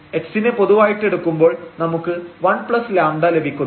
x നെ പൊതുവായിട്ട് എടുക്കുമ്പോൾ നമുക്ക് 1λ ലഭിക്കുന്നു